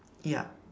yup